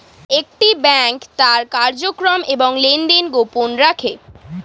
একটি ব্যাংক তার কার্যক্রম এবং লেনদেন গোপন রাখে